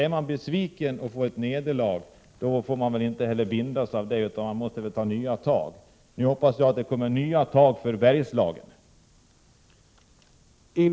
Är man besviken över ett nederlag, får man inte låta sig påverkas av det utan måste i stället ta nya tag. Nu hoppas jag att det tas nya tag för Bergslagen.